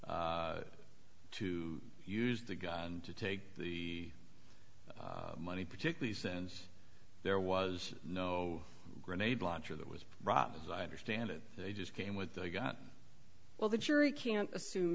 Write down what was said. to use the guy to take the money particularly since there was no grenade launcher that was rob as i understand it they just came with they got well the jury can assume